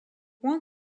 one